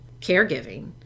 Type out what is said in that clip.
caregiving